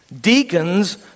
Deacons